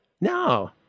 No